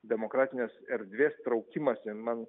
demokratinės erdvės traukimąsi man